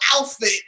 outfit